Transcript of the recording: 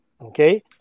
Okay